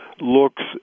looks